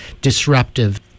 disruptive